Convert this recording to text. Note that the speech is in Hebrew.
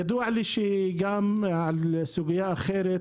ידוע לי גם על סוגייה אחרת,